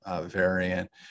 variant